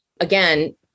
again